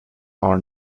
are